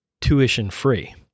tuition-free